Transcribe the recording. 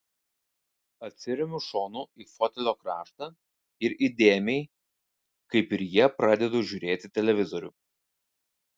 atsiremiu šonu į fotelio kraštą ir įdėmiai kaip ir jie pradedu žiūrėti televizorių